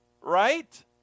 right